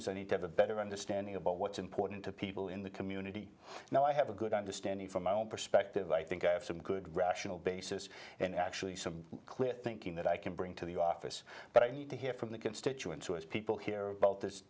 is i need to have a better understanding about what's important to people in the community now i have a good understanding from my own perspective i think i have some good rational basis and actually some quick thinking that i can bring to the office but i need to hear from the constituents who as people hear about this